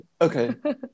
Okay